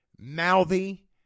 mouthy